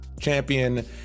champion